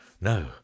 No